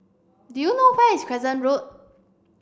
do you know where is Crescent Road